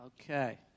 Okay